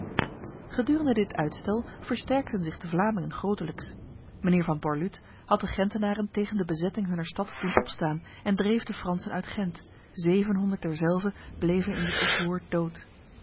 gedurende dit uitstel versterkten zich de vlamingen grotelijks mijnheer van borluut had de gentenaren tegen de bezetting hunner stad doen opstaan en dreef de fransen uit gent zevenhonderd derzelve bleven in dit oproer dood